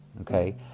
okay